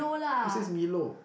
who says milo